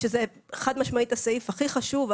שזה חד-משמעית הסעיף הכי חשוב,